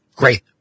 Great